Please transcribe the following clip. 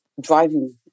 driving